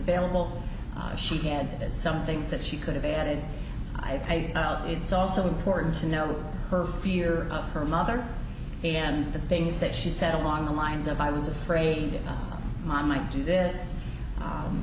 available she had some things that she could have added i thought it's also important to know her fear of her mother and the things that she said along the lines of i was afraid i might do th